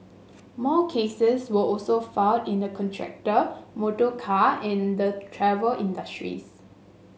more cases were also filed in the contractor motorcar and the travel industries